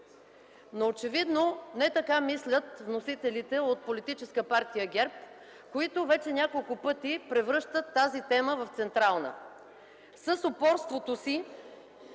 Очевидно не така мислят вносителите от Политическата партия ГЕРБ, които вече няколко пъти превръщат тази тема в централна с упорството си,